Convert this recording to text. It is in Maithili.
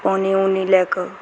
पानि ओनी लै कऽ